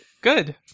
Good